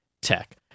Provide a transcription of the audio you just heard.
tech